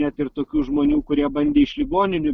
net ir tokių žmonių kurie bandė iš ligoninių